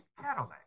Cadillac